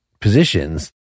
positions